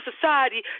society